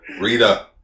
Rita